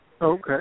okay